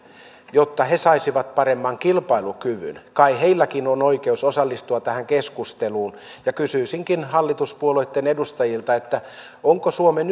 jotta he saisivat paremman kilpailukyvyn kai heilläkin on oikeus osallistua tähän keskusteluun kysyisinkin hallituspuolueitten edustajilta onko suomen